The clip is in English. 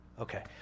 Okay